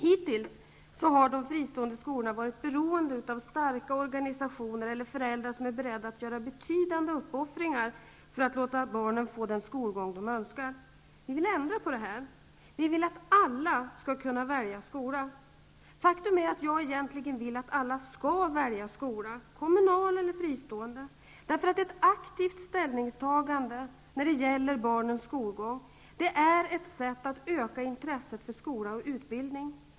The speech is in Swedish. Hittills har de fristående skolorna varit beroende av starka organisationer eller föräldrar som är beredda att göra betydande uppoffringar för att låta barnen få den skolgång de önskar. Vi vill ändra på detta. Vi vill att alla skall kunna välja skola. Faktum är att jag egentligen vill att alla skall välja skola, kommunal eller fristående. Ett aktivt ställningstagande när det gäller barnens skolgång är ett sätt att öka intresset för skola och utbildning.